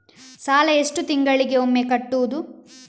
ಸಾಲ ಎಷ್ಟು ತಿಂಗಳಿಗೆ ಒಮ್ಮೆ ಕಟ್ಟುವುದು?